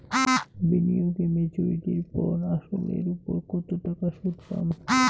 বিনিয়োগ এ মেচুরিটির পর আসল এর উপর কতো টাকা সুদ পাম?